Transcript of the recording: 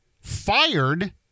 fired